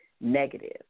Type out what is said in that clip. negative